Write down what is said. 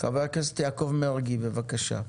חבר הכנסת יעקב מרגי, בבקשה.